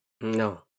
No